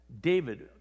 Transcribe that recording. David